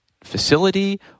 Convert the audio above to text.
facility